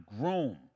groom